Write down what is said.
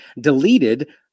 deleted